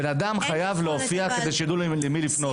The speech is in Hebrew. האדם חייב להופיע כדי שיידעו למי לפנות.